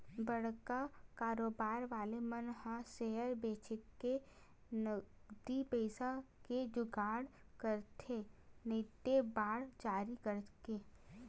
बड़का कारोबार वाले मन ह सेयर बेंचके नगदी पइसा के जुगाड़ करथे नइते बांड जारी करके